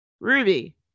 Ruby